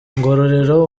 ngororero